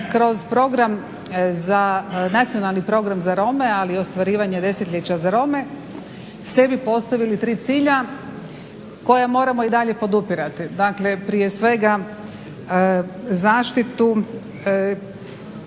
smo kroz Nacionalni program za Rome ali i ostvarivanje desetljeća za Rome sebi postavili tri cilja koja moramo i dalje podupirati. Dakle, prije svega zaštitu